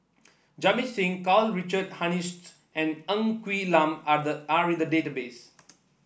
Jamit Singh Karl Richard Hanitsch and Ng Quee Lam are the are in the database